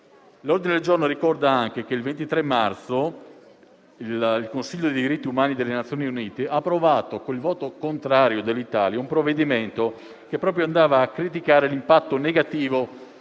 L'ordine giorno ricorda anche che il 23 marzo il Consiglio per i diritti umani delle Nazioni Unite ha approvato con il voto contrario dell'Italia un provvedimento che andava a criticare l'impatto negativo